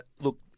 look